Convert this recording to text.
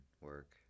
work